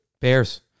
Bears